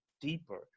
deeper